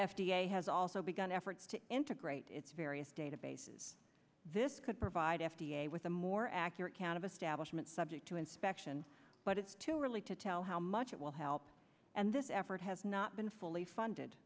a has also begun efforts to integrate its various databases this could provide f d a with a more accurate count of establishment subject to inspection but it's too early to tell how much it will help and this effort has not been fully funded